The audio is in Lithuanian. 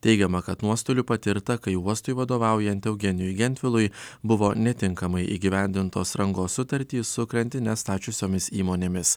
teigiama kad nuostolių patirta kai uostui vadovaujant eugenijui gentvilui buvo netinkamai įgyvendintos rangos sutartys su krantines stačiusiomis įmonėmis